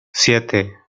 siete